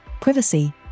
privacy